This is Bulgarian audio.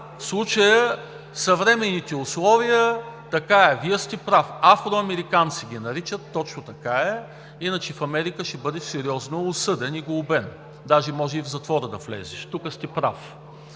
в случая съвременните условия – така е. Вие сте прав! Афроамериканци ги наричат, точно така е. Иначе в Америка ще бъдеш сериозно осъден и глобен, даже може и в затвора да влезеш. Тук сте прав!